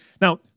Now